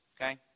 Okay